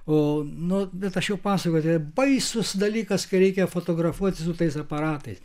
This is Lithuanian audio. o nu bet aš jau pasakojau tai yra baisus dalykas kai reikia fotografuoti su tais aparatais